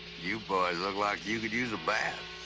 you boys look like you could use a bath.